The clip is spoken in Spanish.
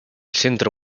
centro